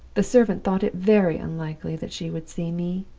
the servant thought it very unlikely that she would see me.